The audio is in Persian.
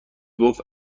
گفت